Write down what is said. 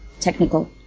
technical